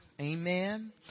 Amen